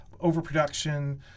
overproduction